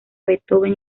beethoven